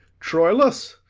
troilus?